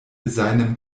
seinem